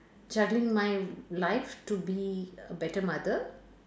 juggling my life to be a better mother